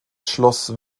schloss